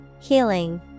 Healing